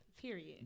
Period